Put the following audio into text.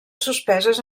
suspeses